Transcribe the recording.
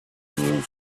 new